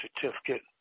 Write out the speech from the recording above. certificate